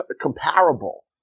comparable